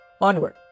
Onward